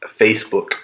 Facebook